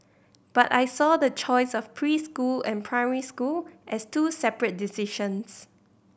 but I saw the choice of preschool and primary school as two separate decisions